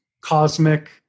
cosmic